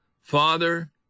Father